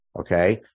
okay